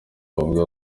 bavuga